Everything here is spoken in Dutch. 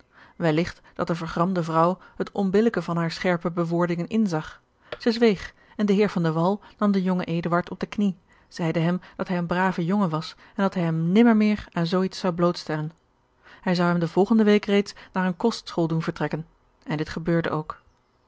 welligt dat de vergramde vrouw het onbillijke van hare scherpe bewoordingen inzag zij zweeg en de heer van de wall nam den jongen eduard op de knie zeide hem dat hij een brave jongen was en dat hij hem nimmer meer aan zoo iets george een ongeluksvogel zou blootstellen hij zou hem de volgende week reeds naar eene kostschool doen vertrekken en dit gebeurde ook